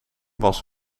was